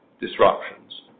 disruptions